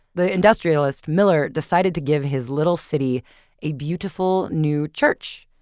the industrialist miller decided to give his little city a beautiful new church.